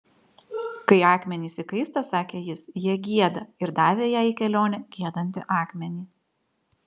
kai akmenys įkaista sakė jis jie gieda ir davė jai į kelionę giedantį akmenį